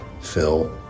Phil